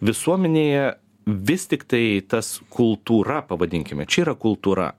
visuomenėje vis tiktai tas kultūra pavadinkime čia yra kultūra